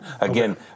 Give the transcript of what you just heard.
Again